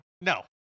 No